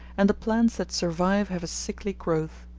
and the plants that survive have a sickly growth.